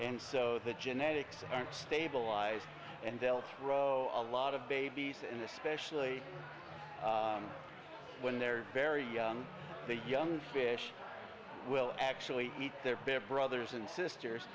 and so the genetics are stabilized and they'll throw a lot of babies and especially when they're very young that young fish will actually eat their bare brothers and sisters